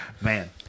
Man